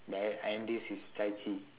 there I mean this is chai chee